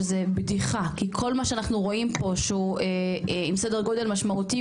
שזה בדיחה כי כל מה שאנחנו רואים פה שהוא עם סדר גודל משמעותי,